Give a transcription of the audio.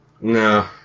no